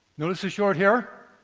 notice the short hair?